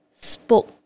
spoke